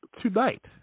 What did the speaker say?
tonight